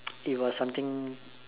it was something